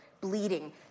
bleeding